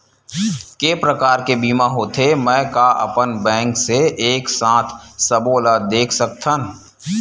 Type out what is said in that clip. के प्रकार के बीमा होथे मै का अपन बैंक से एक साथ सबो ला देख सकथन?